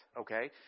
Okay